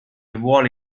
vuole